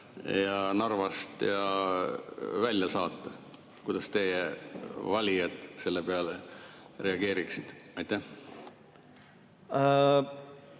ja Narvast välja saata? Kuidas teie valijad selle peale reageeriksid? Selles